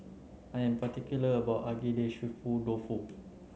I am particular about my Agedashi dofu